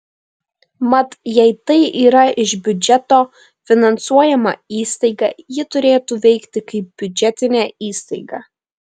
mat jei tai yra iš biudžeto finansuojama įstaiga ji turėtų veikti kaip biudžetinė įstaiga